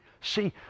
See